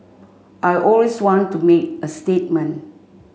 I always want to make a statement